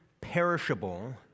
perishable